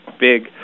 big